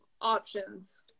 options